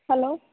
hello